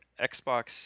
Xbox